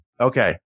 Okay